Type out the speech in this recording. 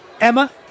Emma